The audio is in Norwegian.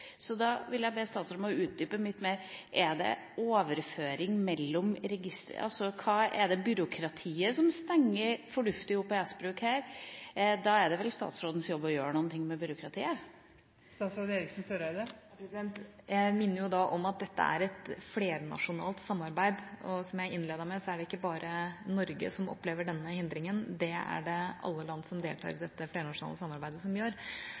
utdype litt mer: Er det byråkratiet som stenger for fornuftig OPS-bruk her? Da er det vel statsrådens jobb å gjøre noe med byråkratiet? Jeg vil minne om at dette er et flernasjonalt samarbeid. Som jeg innledet med, er det ikke bare Norge som opplever denne hindringa, det gjør alle land som deltar i dette flernasjonale samarbeidet.